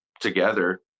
together